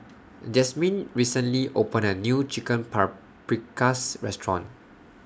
Jasmyn recently opened A New Chicken Paprikas Restaurant